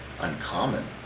uncommon